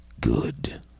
good